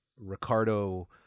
Ricardo